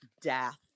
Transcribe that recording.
death